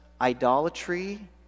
idolatry